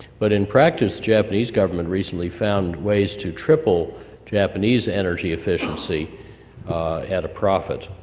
but in practice japanese government recently found ways to triple japanese energy efficiency at a profit,